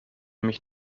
mich